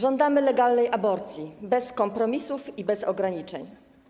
Żądamy legalnej aborcji bez kompromisów i bez ograniczeń.